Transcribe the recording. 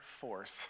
force